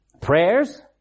prayers